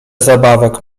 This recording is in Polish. zabawek